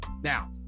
Now